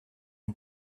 and